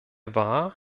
war